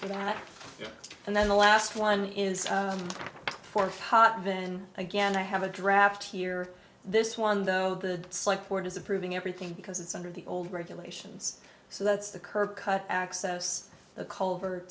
for that and then the last one is for hot then again i have a draft here this one though the site for disapproving everything because it's under the old regulations so that's the curb cut access the culvert